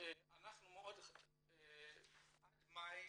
עד מאי